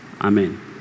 Amen